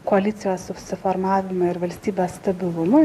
koalicijos susiformavimą ir valstybės stabilumą